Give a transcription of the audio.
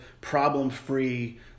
problem-free